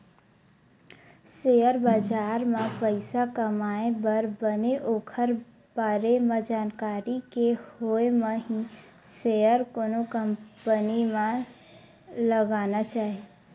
share बजार म पइसा कमाए बर बने ओखर बारे म जानकारी के होय म ही सेयर कोनो कंपनी म लगाना चाही